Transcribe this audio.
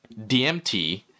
DMT